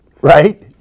right